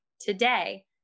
today